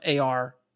AR